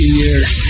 years